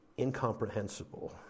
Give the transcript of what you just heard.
incomprehensible